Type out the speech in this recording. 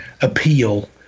appeal